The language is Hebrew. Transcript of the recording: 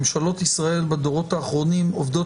ממשלות ישראל בדורות האחרונים עובדות